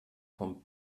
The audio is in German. vom